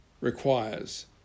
requires